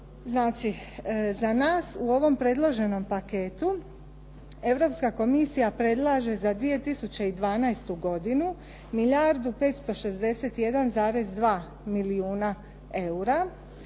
za nas u ovom predloženom paketu Europska Komisija predlaže za 2012. godinu milijardu 561,2 milijuna eura,